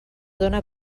dóna